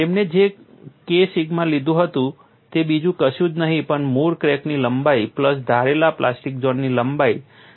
તેમણે જે K sigma લીધું હતું તે બીજું કશું જ નહીં પણ મૂળ ક્રેકની લંબાઈ પ્લસ ધારેલા પ્લાસ્ટિક ઝોનની લંબાઈ ડેલ્ટા છે